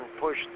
push